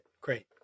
great